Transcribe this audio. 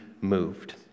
moved